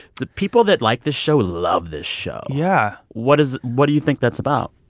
the people that like this show love this show yeah what is what do you think that's about?